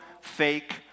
Fake